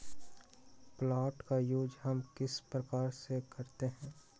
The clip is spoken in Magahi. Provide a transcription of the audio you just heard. प्लांट का यूज हम किस प्रकार से करते हैं?